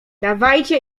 dawajcie